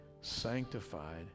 sanctified